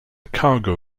cargo